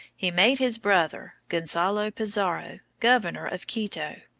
he made his brother, gonzalo pizarro, governor of quito.